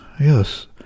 yes